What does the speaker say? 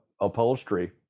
upholstery